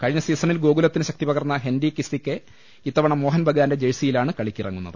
കഴിഞ്ഞ സീസ ണിൽ ഗോകുലത്തിന് ശക്തിപകർന്ന ഹെന്റി കിസിക്കെ ഇത്ത വണ മോഹൻ ബഗാന്റെ ജഴ്സിയിലാണ് കളിക്കിറങ്ങുന്നത്